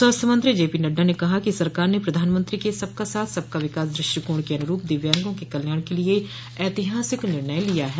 स्वास्थ्य मंत्री जेपी नड्डा ने कहा कि सरकार ने प्रधानमंत्री के सबका साथ सबका विकास दृष्टिकोण के अनुरूप दिव्यांगों के कल्याण के लिए ऐतिहासिक निर्णय लिया है